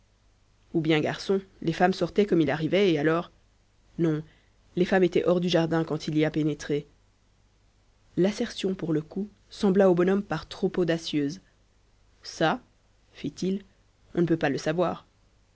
ou bien garçon les femmes sortaient comme il arrivait et alors non les femmes étaient hors du jardin quand il y a pénétré l'assertion pour le coup sembla au bonhomme par trop audacieuse ça fit-il on ne peut pas le savoir